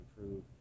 improve